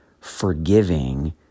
forgiving